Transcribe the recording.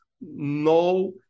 no